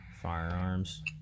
firearms